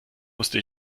musste